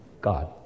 God